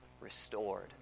restored